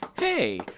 Hey